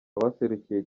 abaserukiye